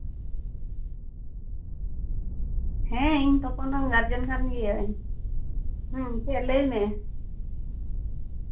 ᱦᱮᱸ ᱤᱧ ᱛᱚᱯᱮᱱᱨᱮᱱ ᱜᱟᱨᱡᱮᱱ ᱠᱟᱱ ᱜᱤᱭᱟᱹᱧ ᱦᱩᱸ ᱪᱮᱫ ᱞᱟᱹᱭ ᱢᱮ